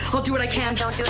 i'll do what i can. don't